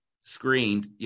screened